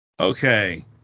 Okay